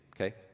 okay